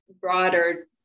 broader